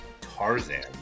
Tarzan